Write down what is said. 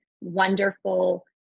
wonderful